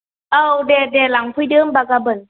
औ दे दे लांफैदो होमबा गाबोन